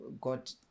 got